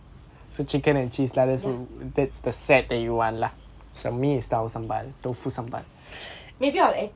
maybe I'll add